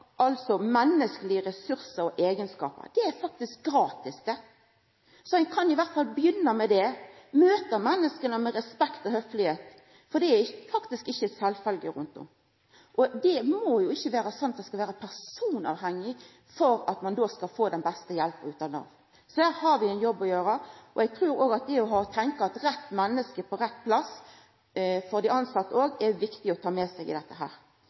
faktisk gratis – kan ein iallfall begynna med å møta menneska med respekt og høflegheit, for det er faktisk ikkje sjølvsagt rundt om. Det må ikkje vera slik at det skal vera personavhengig å få den beste hjelpa av Nav. Så her har vi ein jobb å gjera, og eg trur òg at det å tenkja rett menneske på rett plass når det gjeld dei tilsette òg, er viktig å ta med seg i dette.